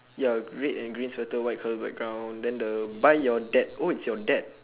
ya red and green sweater white colour background then the buy your dad oh it's your dad